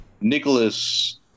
Nicholas